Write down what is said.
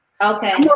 Okay